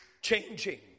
changing